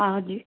हा जी